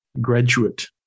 graduate